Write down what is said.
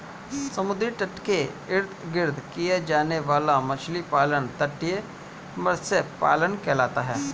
समुद्र तट के इर्द गिर्द किया जाने वाला मछली पालन तटीय मत्स्य पालन कहलाता है